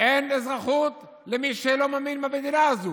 אין אזרחות למי שלא מאמין במדינה הזו,